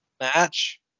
match